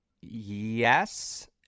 Yes